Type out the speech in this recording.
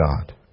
God